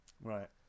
Right